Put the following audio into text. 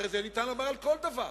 הרי ניתן להגיד את זה על כל דבר.